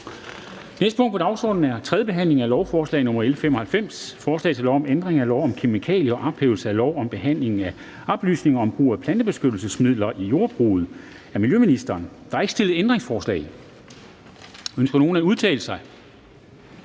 næste punkt på dagsordenen er: 3) 3. behandling af lovforslag nr. L 95: Forslag til lov om ændring af lov om kemikalier og ophævelse af lov om behandling af oplysninger om brug af plantebeskyttelsesmidler i jordbruget. (Integreret plantebeskyttelse, indberetning af sprøjtejournal og